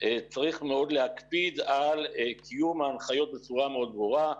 צריך מאוד להקפיד על קיום ההנחיות בצורה מאוד ברורה.